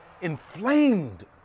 inflamed